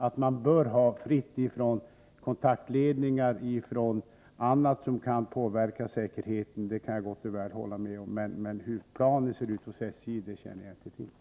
Att man bör hålla fritt runt kontaktledningar och runt annat som kan påverka säkerheten kan jag gott och väl hålla med om, men hur planen ser ut hos SJ känner jag inte till.